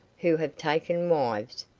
who have taken wives,